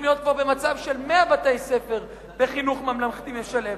להיות כבר במצב של 100 בתי-ספר בחינוך ממלכתי משלב.